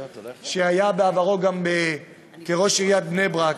שהיה בעברו גם ראש עיריית בני-ברק,